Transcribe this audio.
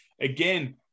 Again